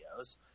videos